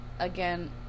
Again